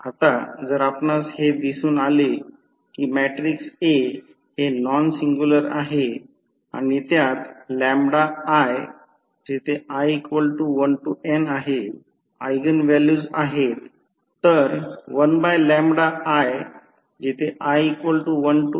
आता जर आपणास हे दिसून आले की मॅट्रिक्स A हे नॉन सिंग्युलर आहे आणि त्यात ii12n ऎगेन व्हॅल्यूज आहेत तर 1ii12